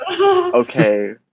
Okay